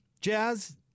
Jazz